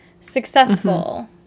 Successful